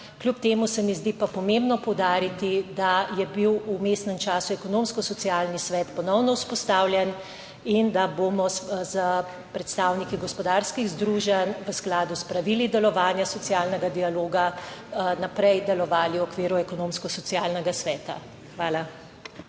Kljub temu se mi zdi pa pomembno poudariti, da je bil v vmesnem času Ekonomsko-socialni svet ponovno vzpostavljen in da bomo s predstavniki gospodarskih združenj v skladu s pravili delovanja socialnega dialoga naprej delovali v okviru Ekonomsko-socialnega sveta. Hvala.